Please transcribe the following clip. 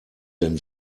denn